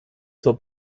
zur